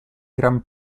gran